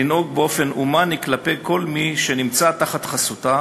לנהוג באופן הומני כלפי כל מי שנמצא תחת חסותה